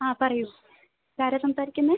ആ പറയൂ ഇതാരാണ് സംസാരിക്കുന്നത്